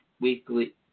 weekly